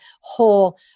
whole